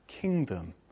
kingdom